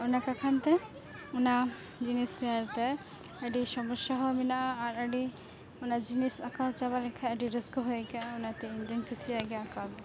ᱚᱱᱟ ᱛᱟᱠᱷᱟᱱᱛᱮ ᱚᱱᱟ ᱡᱤᱱᱤᱥ ᱧᱮᱞᱛᱮ ᱟᱹᱰᱤ ᱥᱚᱢᱚᱥᱥᱟ ᱦᱚᱸ ᱢᱮᱱᱟᱜᱼᱟ ᱟᱨ ᱟᱹᱰᱤ ᱚᱱᱟ ᱡᱤᱱᱤᱥ ᱟᱸᱠᱟᱣ ᱪᱟᱵᱟ ᱞᱮᱠᱷᱟᱡ ᱟᱹᱰᱤ ᱨᱟᱹᱥᱠᱟᱹ ᱦᱚᱸ ᱟᱹᱭᱠᱟᱹᱜᱼᱟ ᱚᱱᱟᱛᱮ ᱤᱧᱫᱚᱧ ᱠᱩᱥᱤᱭᱟᱜ ᱜᱮᱭᱟ ᱟᱸᱠᱟᱣᱫᱚ